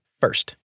first